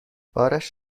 بارش